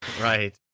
Right